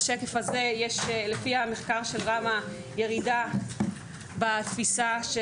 לפי המחקר של ראמ"ה יש ירידה בתפיסה של